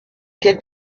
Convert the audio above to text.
qu’elle